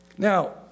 Now